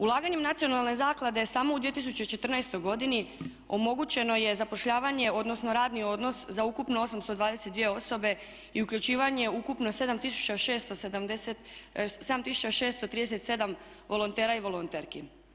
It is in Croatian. Ulaganjem nacionalne zaklade samo u 2014. omogućeno je zapošljavanje odnosno radni odnos za ukupno 822 osobe i uključivanje ukupno 7637 volontera i volonterki.